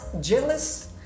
jealous